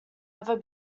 ever